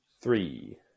Three